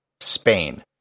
Spain